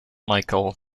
michael